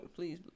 Please